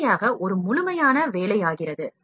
இறுதியாக ஒரு முழுமையான வேலையாகிறது